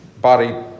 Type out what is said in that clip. body